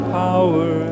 power